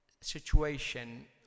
situation